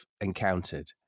encountered